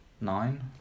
nine